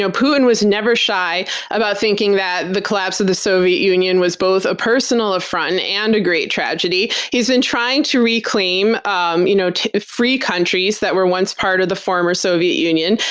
ah putin was never shy about thinking that the collapse of the soviet union was both a personal affront and a great tragedy. he's been trying to reclaim um you know free countries that were once part of the former soviet union.